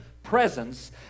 Presence